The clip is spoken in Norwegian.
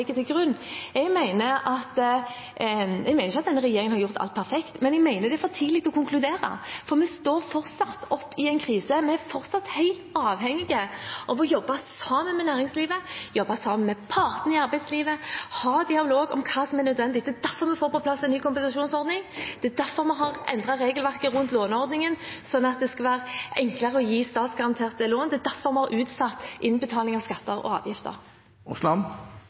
til grunn. Jeg mener ikke at regjeringen har gjort alt perfekt, men jeg mener det er for tidlig å konkludere, for vi står fortsatt oppe i en krise, vi er fortsatt helt avhengige av å jobbe sammen med næringslivet, jobbe sammen med partene i arbeidslivet, ha en dialog om hva som er nødvendig. Det er derfor vi får på plass en ny kompensasjonsordning. Det er derfor vi har endret regelverket rundt låneordningen slik at det skal være enklere å gi statsgaranterte lån. Det er derfor vi har utsatt innbetalinger av skatter og avgifter.